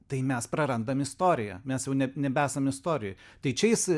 tai mes prarandam istoriją mes jau ne nebesam istorijoj tai čia jis